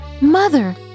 Mother